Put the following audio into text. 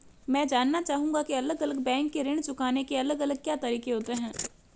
मैं जानना चाहूंगा की अलग अलग बैंक के ऋण चुकाने के अलग अलग क्या तरीके होते हैं?